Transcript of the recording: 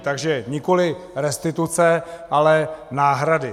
Takže nikoli restituce, ale náhrady.